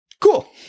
cool